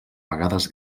vegades